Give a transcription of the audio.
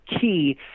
key